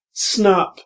Snap